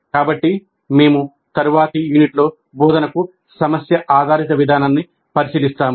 కాబట్టి మేము తరువాతి యూనిట్లో బోధనకు సమస్య ఆధారిత విధానాన్ని పరిశీలిస్తాము